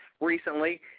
recently